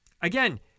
Again